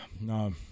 No